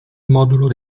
modulo